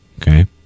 Okay